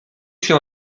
się